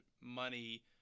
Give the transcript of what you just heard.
money